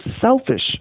selfish